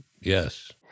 yes